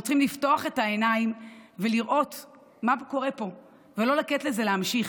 אנחנו צריכים לפתוח את העיניים ולראות מה קורה פה ולא לתת לזה להימשך,